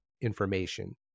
information